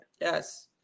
Yes